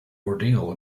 ordeal